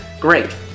Great